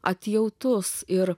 atjautos ir